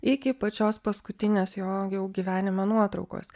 iki pačios paskutinės jo jau gyvenime nuotraukos